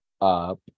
up